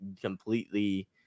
completely